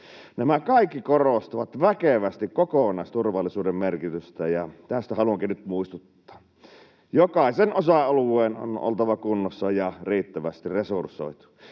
Nämä kaikki korostavat väkevästi kokonaisturvallisuuden merkitystä, ja tästä haluankin nyt muistuttaa. Jokaisen osa-alueen on oltava kunnossa ja riittävästi resursoitu.